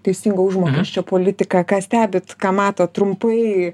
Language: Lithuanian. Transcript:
teisingo užmokesčio politiką ką stebit ką matot trumpai